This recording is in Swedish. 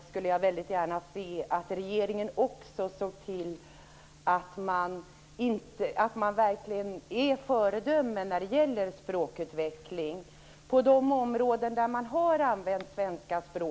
Tack!